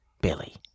Billy